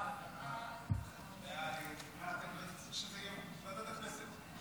ההצבעה להעביר את הצעת חוק